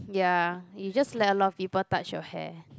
ya you just let a lot of people touch your hair